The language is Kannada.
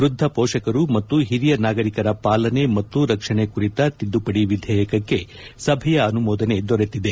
ವ್ವದ್ದ ಪೋಷಕರು ಮತ್ತು ಹಿರಿಯ ನಾಗರಿಕರ ಪಾಲನೆ ಮತ್ತು ರಕ್ಷಣೆ ಕುರಿತ ತಿದ್ದುಪಡಿ ವಿಧೇಯಕಕ್ಕೆ ಸಭೆಯ ಅನುಮೋದನೆ ದೊರೆತಿದೆ